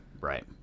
right